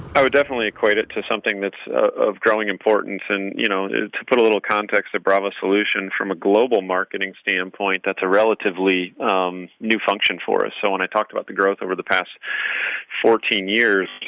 i would definitely equate it to something that's of growing importance. and you know to put a little context, to bravo solutions from a global marketing standpoint, that's a relatively new function for us. so when i talked about the growth over the past fourteen years,